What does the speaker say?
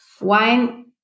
Wine